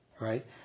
right